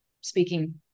speaking